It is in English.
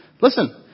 listen